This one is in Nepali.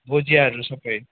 भुजियाहरू सबै